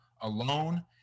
alone